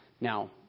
Now